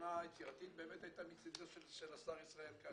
הראשונה היצירתית באמת הייתה מצדו של השר ישראל כץ,